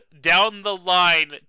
down-the-line